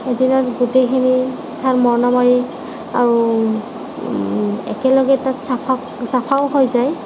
এদিনত গোটেইখিনি ধান মৰণা মাৰি আৰু একেলগতে চফাও হৈ যায়